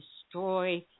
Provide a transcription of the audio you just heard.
destroy